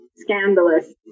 scandalous